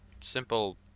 simple